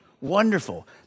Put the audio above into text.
Wonderful